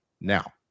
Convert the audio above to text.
now